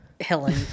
Helen